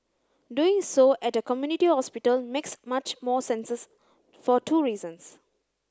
doing so at a community hospital makes much more senses for two reasons